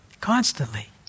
constantly